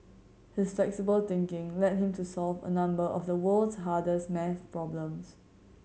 his flexible thinking led him to solve a number of the world's hardest maths problems